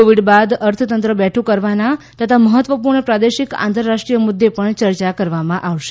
Covid બાદ અર્થતંત્ર બેઠું કરવાના તથા મહત્વપૂર્ણ પ્રાદેશિક આંતરરાષ્ટ્રીય મુદ્દે પણ ચર્ચા કરાશે